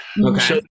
Okay